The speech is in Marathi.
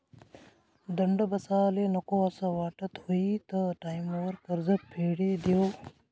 दंड बसाले नको असं वाटस हुयी त टाईमवर कर्ज फेडी देवो